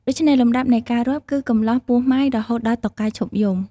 ដូច្នេះ លំដាប់នៃការរាប់គឺ កំលោះ ពោះម៉ាយ រហូតដល់តុកែឈប់យំ។